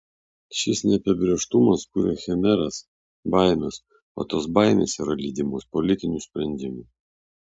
šis neapibrėžtumas kuria chimeras baimes o tos baimės yra lydimos politinių sprendimų